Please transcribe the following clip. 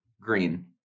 Green